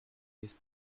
this